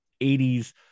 80s